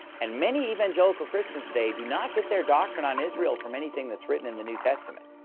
and many evangelical christians today do not get their doctrine on israel from anything that's written in the new testament.